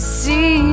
see